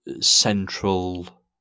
central